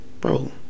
bro